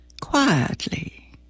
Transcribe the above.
quietly